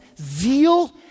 zeal